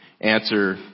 answer